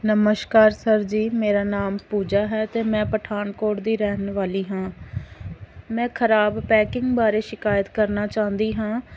ਨਮਸਕਾਰ ਸਰ ਜੀ ਮੇਰਾ ਨਾਮ ਪੂਜਾ ਹੈ ਅਤੇ ਮੈਂ ਪਠਾਨਕੋਟ ਦੀ ਰਹਿਣ ਵਾਲੀ ਹਾਂ ਮੈਂ ਖਰਾਬ ਪੈਕਿੰਗ ਬਾਰੇ ਸ਼ਿਕਾਇਤ ਕਰਨਾ ਚਾਹੁੰਦੀ ਹਾਂ